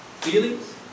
Feelings